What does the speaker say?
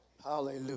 Hallelujah